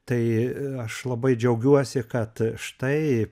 tai aš labai džiaugiuosi kad štai